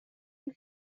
and